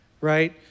right